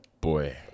Boy